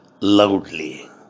loudly